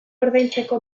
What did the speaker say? ordaintzeko